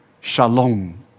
Shalom